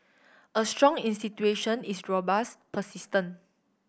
a strong institution is robust persistent